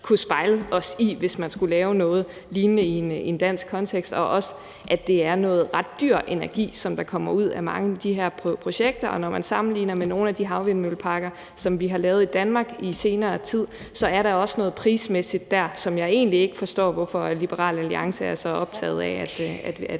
kunne spejle os i, hvis man skulle lave noget lignende i en dansk kontekst, og også at det er noget ret dyr energi, der kommer ud af mange af de her projekter. Når man sammenligner med nogle af de havvindmølleparker, som vi har lavet i Danmark i nyere tid, så er der også noget prismæssigt der, som jeg egentlig ikke forstår hvorfor Liberal Alliance er så optaget af at